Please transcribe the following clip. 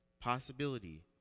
possibility